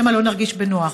שמא לא נרגיש בנוח.